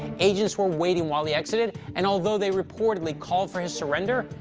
agents were waiting while he exited, and although they reportedly called for his surrender,